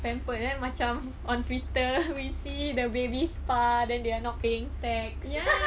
pamper eh macam on twitter we see the baby spa then they are not paying back